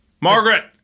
Margaret